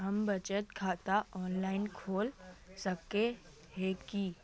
हम बचत खाता ऑनलाइन खोल सके है की?